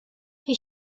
did